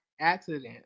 accident